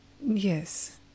Yes